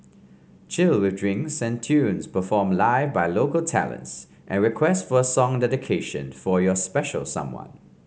chill with drinks and tunes performed live by local talents and request for a song dedication for your special someone